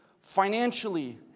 financially